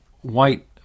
white